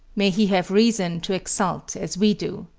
may he have reason to exult as we do.